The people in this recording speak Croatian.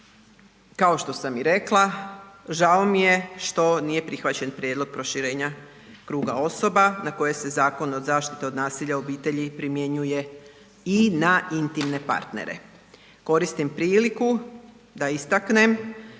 kao što sam i rekla žao mi je što nije prihvaćen prijedlog proširenja kruga osoba na koje se Zakon od zaštite od nasilja u obitelji primjenjuje i na intimne partnere. Koristim priliku da istaknem